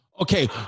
Okay